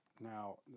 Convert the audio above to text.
now